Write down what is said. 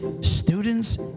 students